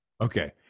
Okay